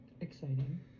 exciting